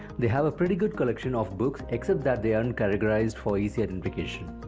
they have a pretty good collection of books, except that they aren't categorized for easy identification.